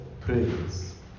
prayers